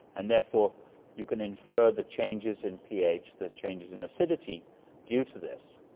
and therefore you can infer the changes in ph, the changes in acidity due to this.